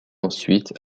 ensuite